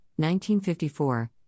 1954